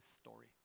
story